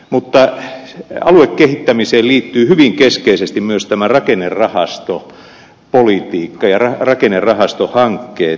mutta aluekehittämiseen liittyvät hyvin keskeisesti myös tämä rakennerahastopolitiikka ja rakennerahastohankkeet